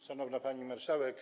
Szanowna Pani Marszałek!